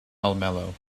almelo